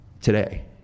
Today